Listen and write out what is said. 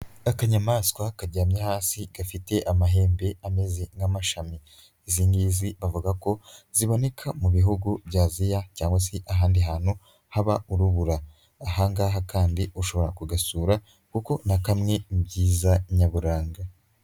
Akanyamaswa karyamye hasi gafite amahembe ameze nk'amashami, izi ngizi bavuga ko ziboneka mu bihugu bya Aziya cyangwa se ahandi hantu haba urubura, aha ngaha kandi ushobora kugasura kuko ni kamwe mu bwiza nyaburanga.